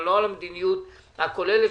לא על המדיניות הכוללת,